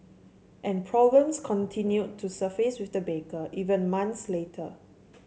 and problems continued to surface with the baker even months later